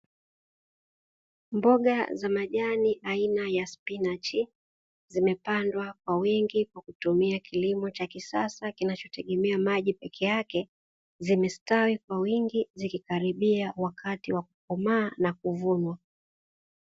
Mboga za majani aina ya spinachi zimepandwa kwa wingi kwa kutumia kilimo cha kisasa kinacho tegemea maji pekee yake, zimestawi kwa wingi zikikaribia wakati wa kukomaa na kuvunwa.